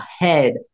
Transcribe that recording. ahead